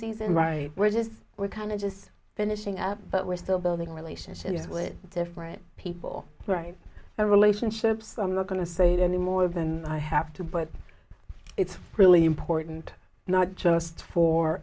season right we're just we're kind of just finishing up but we're still building relationships with different people we're in a relationship so i'm not going to say any more than i have to but it's really important not just for